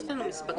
יש לנו מספרים.